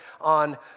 on